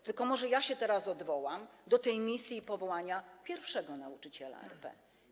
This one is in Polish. Tylko może ja się teraz odwołam do tej misji i powołania pierwszego nauczyciela RP: